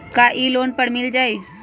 का इ लोन पर मिल जाइ?